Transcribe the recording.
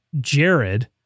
Jared